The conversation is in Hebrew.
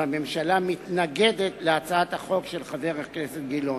והממשלה מתנגדת להצעת החוק של חבר הכנסת גילאון.